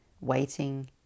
waiting